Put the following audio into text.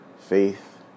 faith